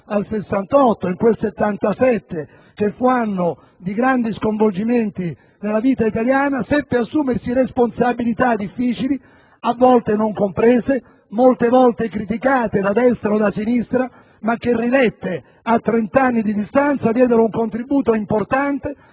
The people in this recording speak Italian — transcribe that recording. al '68, in quel '77 che fu anno di grandi sconvolgimenti nella vita italiana seppe assumersi responsabilità difficili, a volte non comprese, molte volte criticate da destra o da sinistra, ma che - rilette a trent'anni di distanza - diedero un contributo importante